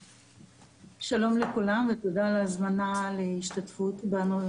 אנחנו נחזור למבנה של מנהלת ונהיה כתובת עבור